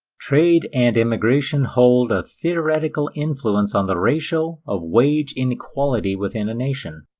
trade and immigration hold a theoretical influence on the ratio of wage inequality within a nation.